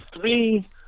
three